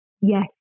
yes